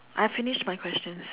I've finished my questions